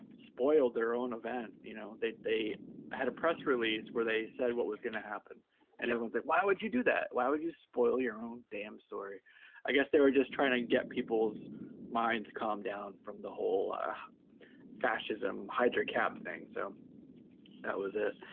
spoiled their own event you know they they had a press release where they said what was gonna happen and everyone said why would you do that why would you spoil your own damn story i guess they were just trying to get people's minds calm down from the whole ah fascism hydra cap thing so that was it